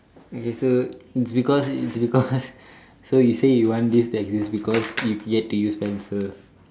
okay so it's because it's because so you say you want this to exist because you've yet to use pencil